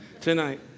tonight